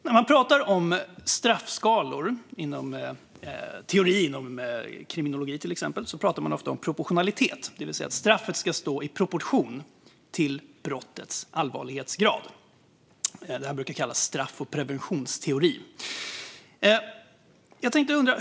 När man pratar om straffskalor i teorin, till exempel inom kriminologi, pratar man ofta om proportionalitet, det vill säga att straffet ska stå i proportion till brottets allvarlighetsgrad. Det brukar kallas straff och preventionsteori.